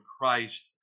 Christ